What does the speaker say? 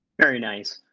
very nice.